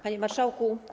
Panie Marszałku!